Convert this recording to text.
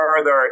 further